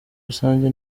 rusange